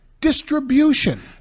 distribution